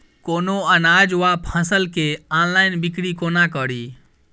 कोनों अनाज वा फसल केँ ऑनलाइन बिक्री कोना कड़ी?